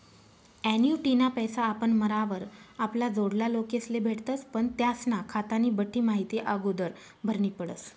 ॲन्युटीना पैसा आपण मरावर आपला जोडला लोकेस्ले भेटतस पण त्यास्ना खातानी बठ्ठी माहिती आगोदर भरनी पडस